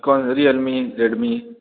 कौन Realme Redmi